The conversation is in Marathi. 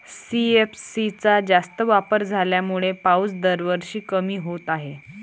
सी.एफ.सी चा जास्त वापर झाल्यामुळे पाऊस दरवर्षी कमी होत आहे